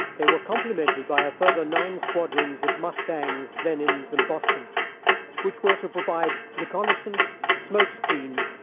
they were complimented by a further nine squadrons of mustangs, blenhams and bostons which were to provide reconnaissance, smokescreens,